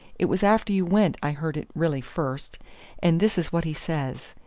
it was after you went i heard it really first and this is what he says.